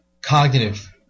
cognitive